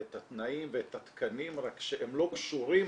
את התנאים ואת התקנים רק שהם לא קשורים